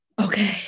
Okay